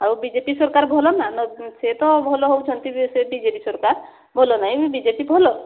ଆଉ ବିଜେପି ସରକାର ଭଲ ନା ସେତ ଭଲ ହେଉଛନ୍ତି ସେ ବିଜେଡ଼ି ସରକାର ଭଲ ନାଇଁ ବିଜେପି ଭଲ